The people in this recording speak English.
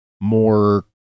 more